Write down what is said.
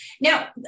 Now